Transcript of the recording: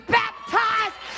baptized